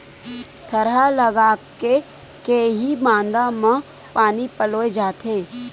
थरहा लगाके के ही मांदा म पानी पलोय जाथे